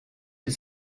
ist